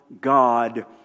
God